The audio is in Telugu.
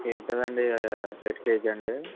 ఏంటండి హెరిటేజ్ అండి